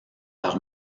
par